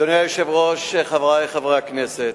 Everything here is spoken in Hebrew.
אדוני היושב-ראש, חברי חברי הכנסת,